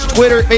Twitter